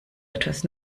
etwas